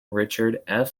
richard